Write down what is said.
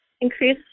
increase